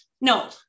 no